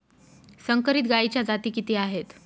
संकरित गायीच्या जाती किती आहेत?